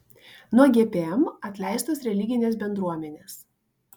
nuo gpm atleistos religinės bendruomenės